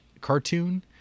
cartoon